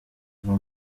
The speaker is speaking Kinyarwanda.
kuva